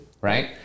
right